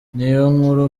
niyonkuru